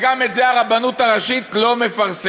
וגם את זה הרבנות הראשית לא מפרסמת.